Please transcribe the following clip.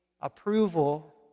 approval